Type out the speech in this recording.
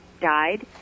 died